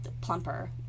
plumper